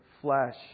flesh